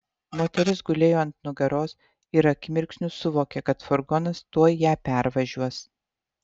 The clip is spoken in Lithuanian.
moteris gulėjo ant nugaros ir akimirksniu suvokė kad furgonas tuoj ją pervažiuos